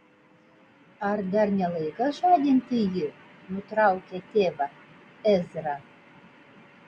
ar dar ne laikas žadinti jį nutraukė tėvą ezra